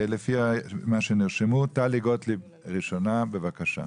טלי גוטליב, בבקשה.